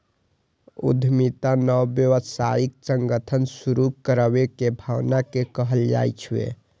उद्यमिता नव व्यावसायिक संगठन शुरू करै के भावना कें कहल जाइ छै